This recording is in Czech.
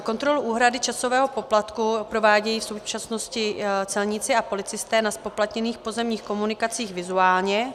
Kontrolu úhrady časového poplatku provádějí v současnosti celníci a policisté na zpoplatněných pozemních komunikacích vizuálně.